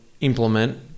implement